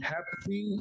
Happy